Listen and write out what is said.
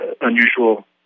unusual